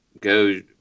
go